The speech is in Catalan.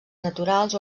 naturals